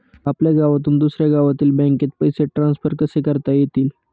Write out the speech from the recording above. आपल्या गावातून दुसऱ्या गावातील बँकेत पैसे ट्रान्सफर कसे करता येतील?